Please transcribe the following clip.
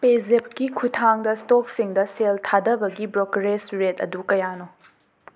ꯄꯦꯖꯦꯞꯀꯤ ꯈꯨꯊꯥꯡꯗ ꯁ꯭ꯇꯣꯛꯁꯤꯡꯗ ꯁꯦꯜ ꯊꯥꯗꯕꯒꯤ ꯕ꯭ꯔꯣꯀꯔꯦꯖ ꯔꯦꯠ ꯑꯗꯨ ꯀꯌꯥꯅꯣ